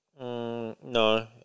No